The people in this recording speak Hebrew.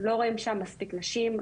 לא רואים שם מספיק נשים,